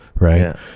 right